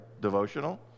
devotional